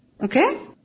okay